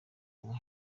ubu